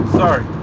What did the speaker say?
sorry